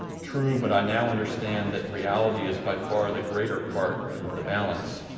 true, but i now understand that reality is by far the greater part of the balance.